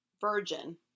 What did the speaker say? Virgin